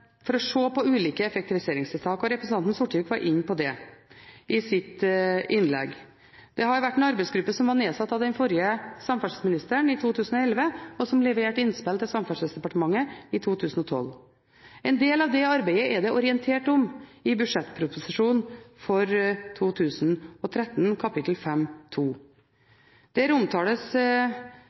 ulike effektiviseringstiltak, og representanten Sortevik var inne på det i sitt innlegg. Det har vært en arbeidsgruppe nedsatt av den forrige samferdselsministeren i 2011, som leverte innspill til Samferdselsdepartementet i 2012. En del av det arbeidet er det orientert om i budsjettproposisjonen for 2013, kapittel 5.2. Der omtales rapporten som ble overlevert, og der omtales